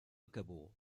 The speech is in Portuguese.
acabou